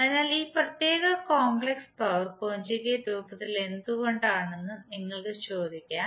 അതിനാൽ ഈ പ്രത്യേക കോംപ്ലക്സ് പവർ കോഞ്ചുഗേറ്റ് രൂപത്തിൽ എന്തുകൊണ്ടാണെന്ന് നിങ്ങൾക്ക് ചോദിക്കാം